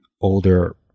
older